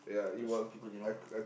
those people you know